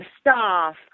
staff